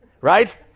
right